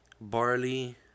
barley